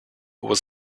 was